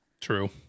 True